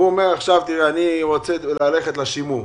והוא אומר: אני רוצה ללכת לשימור,